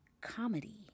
comedy